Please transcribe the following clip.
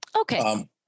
Okay